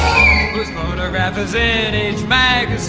photograph is in age magazine.